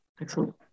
Excellent